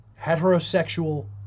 heterosexual